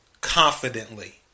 confidently